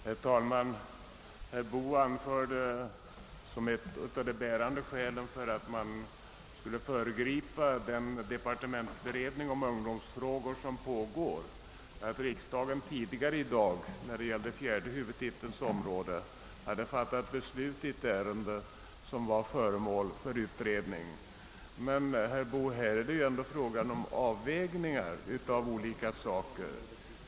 Herr talman! Herr Boo anförde som ett av de bärande skälen för att man skulle föregripa den departementsberedning om ungdomsfrågor som pågår, att riksdagen tidigare i dag när det gällde fjärde huvudtiteln hade fattat beslut i ett ärende som var föremål för utredning. Men, herr Boo, här är det fråga om avvägningar av olika saker.